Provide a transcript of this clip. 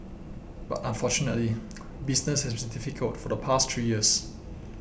but unfortunately business has been difficult for the past three years